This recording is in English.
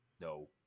no